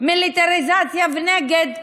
מיליטריזציה ונגד כיבוש,